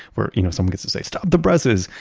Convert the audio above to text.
where you know someone gets to say stop the presses,